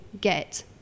get